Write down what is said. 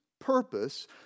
purpose